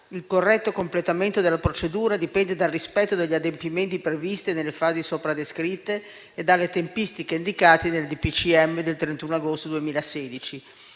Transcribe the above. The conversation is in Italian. il corretto completamento della procedura dipende dal rispetto degli adempimenti previsti nelle fasi sopra descritte e dalle tempistiche indicate nel DPCM del 31 agosto 2016,